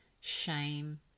shame